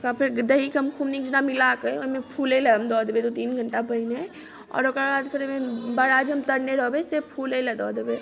ओकरा फेर दहीके हम खूब नीक जेना मिला कऽ ओहिमे फुलैला हम दै देबै दू तीन घण्टा पहिने आओर ओकरबाद फेर ओहिमे बड़ा जे हम तरने रहबै से फुलैला दै देबै